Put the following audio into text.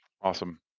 Awesome